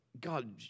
God